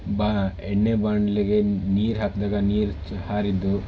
ಬಾ ಎಣ್ಣೆ ಬಾಂಡ್ಲೆಗೆ ನೀರು ಹಾಕಿದಾಗ ನೀರು ಚ್ ಹಾರಿದ್ದು